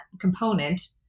component